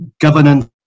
governance